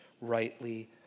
rightly